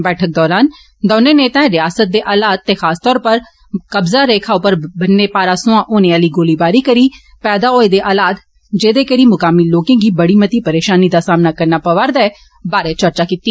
बैठक दौरान दोने नेताए रियासत दे हालात ते खास तौर उप्पर कब्जा रेखा उप्पर बन्ने पारा सोया होने आली गोलीबारी करी पैदा होए दे हालात जेदी करी मुकामी लोकें गी बड़ी मती परेषानियें दा सामना करना पवा'रदा ऐ बारे चर्चा कीती